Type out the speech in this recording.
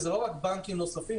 וזה לא רק בנקים נוספים,